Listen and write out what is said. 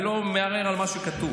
אני לא מערער על מה שכתוב,